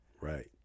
right